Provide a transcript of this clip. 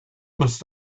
must